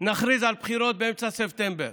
ונכריז על בחירות באמצע ספטמבר.